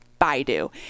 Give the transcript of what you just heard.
Baidu